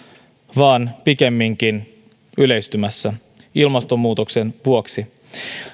vaan pikemminkin yleistymässä ilmastonmuutoksen vuoksi